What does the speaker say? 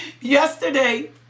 Yesterday